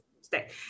stay